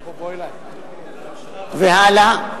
והלאה: